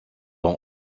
ans